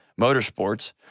motorsports